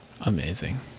Amazing